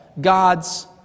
God's